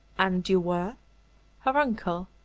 and you were her uncle.